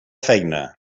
feina